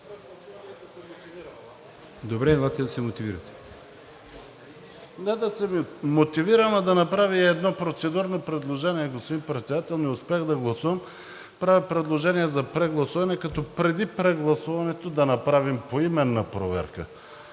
Добре, елате да се мотивирате. МУСТАФА КАРАДАЙЪ: Не да се мотивирам, а да направя и едно процедурно предложение, господин Председател. Не успях да гласувам. Правя предложение за прегласуване, като преди прегласуването да направим поименна проверка,